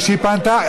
חברי הכנסת,